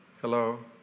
Hello